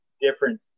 different